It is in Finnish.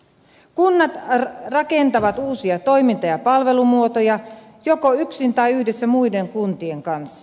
kunnat rakentavat uusia toiminta ja palvelumuotoja joko yksin tai yhdessä muiden kuntien kanssa